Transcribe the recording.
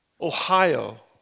Ohio